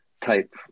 type